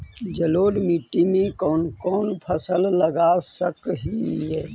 जलोढ़ मिट्टी में कौन कौन फसल लगा सक हिय?